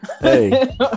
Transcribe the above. Hey